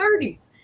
30s